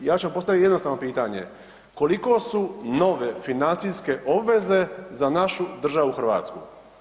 Ja ću vam postavit jednostavno pitanje, koliko su nove financijske obveze za našu državu Hrvatsku?